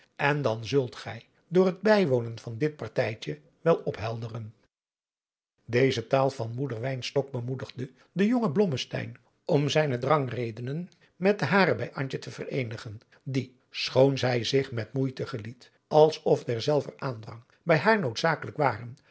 en dan zult gij door het bijwonen van dit partijtje wel ophelderen deze taal van moeder wynstok bemoedigde den jongen blommesteyn om zijne drapgredenen met de hare bij antje te vereenigen die schoon zij zich met moeite geliet als of derzelver aandrang bij haar noodzakelijk waren